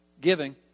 giving